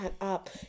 up